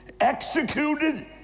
executed